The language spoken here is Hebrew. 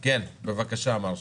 כן, בבקשה, מר שקל.